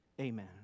Amen